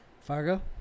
Fargo